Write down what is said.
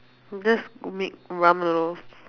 just make ramen noodles